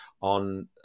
on